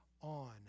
on